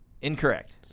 Incorrect